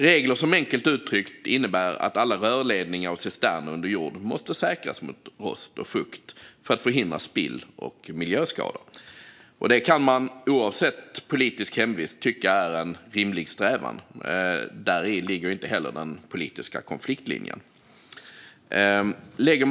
Det är regler som, enkelt uttryckt, innebär att alla rörledningar och cisterner under jord måste säkras mot rost och fukt för att förhindra spill och miljöskador. Detta kan man, oavsett politisk hemvist, tycka är en rimlig strävan. Det är heller inte där den politiska konfliktlinjen ligger.